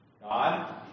God